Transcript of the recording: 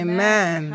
Amen